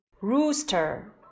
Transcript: rooster